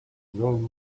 learn